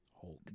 Hulk